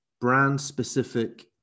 brand-specific